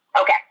Okay